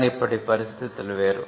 కాని ఇప్పటి పరిస్థితులు వేరు